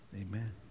Amen